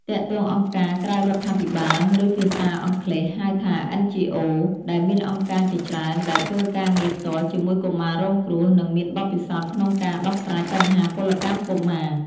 ទាក់ទងអង្គការក្រៅរដ្ឋាភិបាល ឬភាសាអង់គ្លេសហៅថា NGOs ដែលមានអង្គការជាច្រើនដែលធ្វើការងារផ្ទាល់ជាមួយកុមាររងគ្រោះ និងមានបទពិសោធន៍ក្នុងការដោះស្រាយបញ្ហាពលកម្មកុមារ។